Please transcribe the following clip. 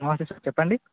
నమస్తే సార్ చెప్పండి